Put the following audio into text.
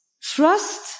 Trust